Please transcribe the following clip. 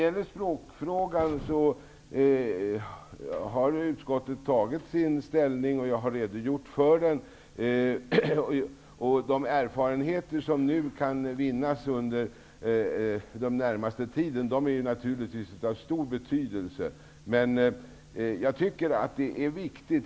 I språkfrågan har utskottet tagit ställning, och jag har redogjort för utskottets ståndpunkt. De erfarenheter som kan vinnas under den närmaste tiden blir naturligtvis av stor betydelse.